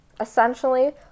essentially